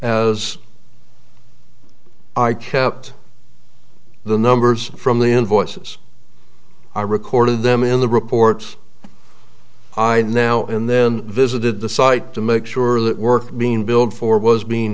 as i kept the numbers from the invoices i recorded them in the reports i now and then visited the site to make sure that work being billed for was being